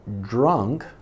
drunk